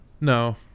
No